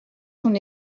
son